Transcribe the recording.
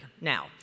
Now